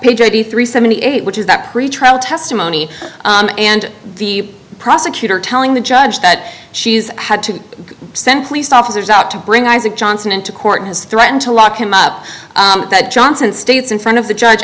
page eighty three seventy eight which is that pretrial testimony and the prosecutor telling the judge that she's had to send police officers out to bring isaac johnson into court has threatened to lock him up that johnson states in front of the judge